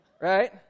Right